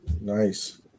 Nice